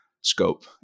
scope